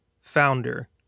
founder